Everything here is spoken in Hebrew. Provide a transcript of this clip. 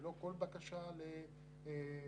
ללא כל בקשה כספית,